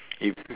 if